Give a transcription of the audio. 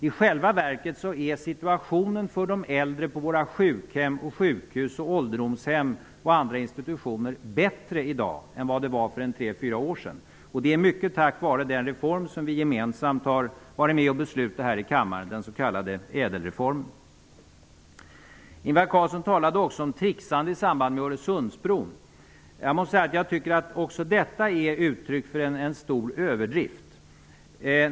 I själva verket är situationen för de äldre på våra sjukhem, sjukhus, ålderdomshem och andra institutioner bättre i dag än vad den var för 3, 4 år sedan. Det är i stor utsträckning tack vare den reform som vi gemensamt har varit med om att besluta om här i kammaren, den s.k. Ingvar Carlsson talade också om trixande i samband med Öresundsbron. Också detta är uttryck för en stor överdrift.